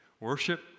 worship